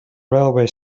railway